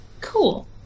cool